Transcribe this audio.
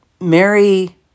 Mary